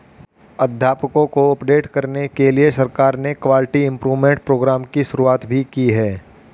अध्यापकों को अपडेट करने के लिए सरकार ने क्वालिटी इम्प्रूव्मन्ट प्रोग्राम की शुरुआत भी की है